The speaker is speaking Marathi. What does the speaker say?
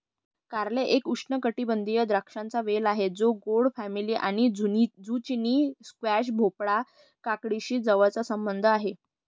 कारले एक उष्णकटिबंधीय द्राक्षांचा वेल आहे जो गोड फॅमिली आणि झुचिनी, स्क्वॅश, भोपळा, काकडीशी जवळचा संबंध आहे